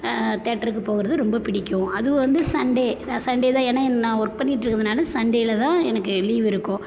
தேட்டருக்கு போகிறது ரொம்ப பிடிக்கும் அது வந்து சண்டே சண்டே தான் ஏன்னா நான் ஒர்க் பண்ணிட்டு இருக்கிறதுனால சண்டேல தான் எனக்கு லீவு இருக்கும்